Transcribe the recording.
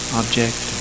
object